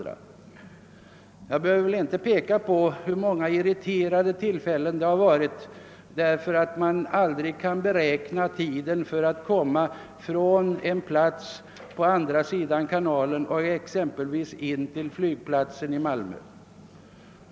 Jag behöver inte peka på hur stor irritation som uppstår därför att man aldrig kan beräkna hur lång tid det tar att förflytta sig från en plats på andra sidan kanalen till exempelvis flygplatsen i Malmö.